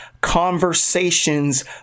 conversations